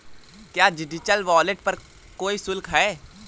क्या digital wallet पर कोई शुल्क है?